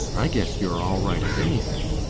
i guess you're all right at anything.